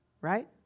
right